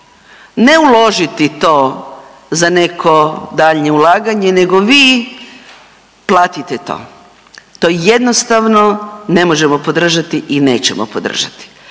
ne uložiti to za neko daljnje ulaganje nego vi platite to. To jednostavno ne možemo podržati i nećemo podržati.